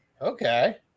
Okay